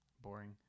boring